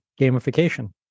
gamification